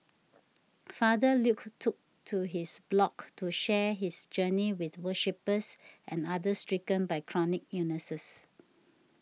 Father Luke took to his blog to share his journey with worshippers and others stricken by chronic illnesses